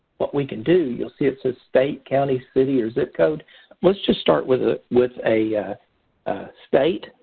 what we can do you'll see it says state, county, city or zip code let's just start with ah with a state.